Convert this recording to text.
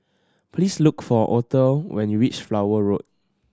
please look for Othel when you reach Flower Road